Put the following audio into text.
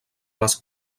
les